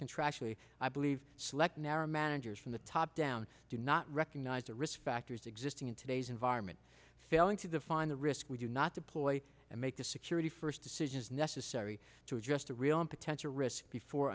tragically i believe select narrow managers from the top down do not recognize the risk factors existing in today's environment failing to define the risk we do not deploy and make the security first decisions necessary to address the real and potential risks before